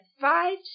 five